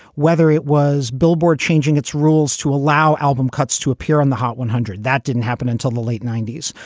whether it was billboard changing its rules to allow album cuts to appear on the hot one hundred, that didn't happen until the late ninety s.